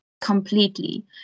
completely